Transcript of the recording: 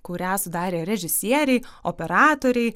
kurią sudarė režisieriai operatoriai